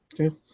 Okay